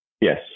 Yes